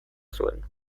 zuen